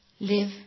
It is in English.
live